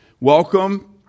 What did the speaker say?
Welcome